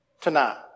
tonight